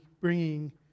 bringing